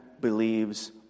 believes